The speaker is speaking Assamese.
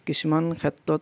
কিছুমান ক্ষেত্ৰত